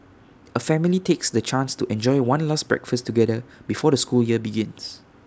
A family takes the chance to enjoy one last breakfast together before the school year begins